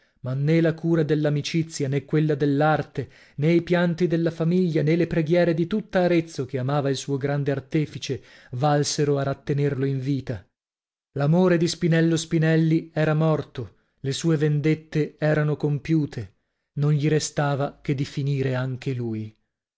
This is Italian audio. ma nè le cura dell'amicizia nè quelle dell'arte nè i pianti della famiglia nè le preghiere di tutta arezzo che amava il suo grande artefice valsero a rattenerlo in vita l'amore di spinello spinelli era morto le sue vendette erano compiute non gli restava che di finire anche lui